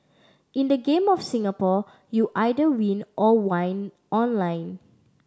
in the game of Singapore you either win or whine online